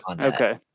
Okay